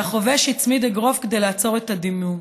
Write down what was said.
והחובש הצמיד אגרוף כדי לעצור את הדימום.